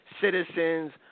citizens